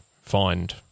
find